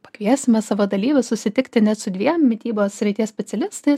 pakviesime savo dalyvius susitikti net su dviem mitybos srities specialistais